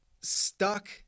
stuck